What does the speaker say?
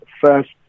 first